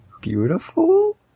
beautiful